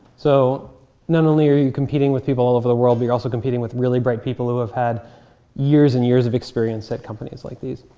so not only are you competing with people all over the world, but you're also competing with really bright people who have had years and years of experience at companies like these.